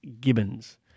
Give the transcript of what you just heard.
Gibbons